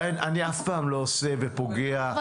אני אף פעם לא עושה ופוגע --- אבל